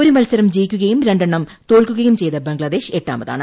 ഒരു മത്സരം ജയിക്കുകയും രണ്ടെണ്ണം തോൽക്കുകയും ചെയ്ത ബംഗ്ലാദേശ് എട്ടാമതാണ്